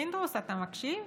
פינדרוס, אתה מקשיב?